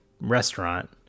restaurant